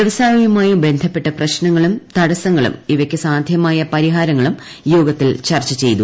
വ്യവസായവുമായി ബന്ധപ്പെട്ട് പ്രശ്നങ്ങളും തടസ്സങ്ങളും അവയ്ക്ക് സാധ്യമായ പരിഹാരങ്ങളും യോഗത്തിൽ ചർച്ച ചെയ്തു